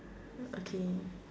okay